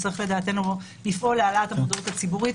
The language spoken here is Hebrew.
צריך לדעתנו לפעול להעלאת המודעות הציבורית.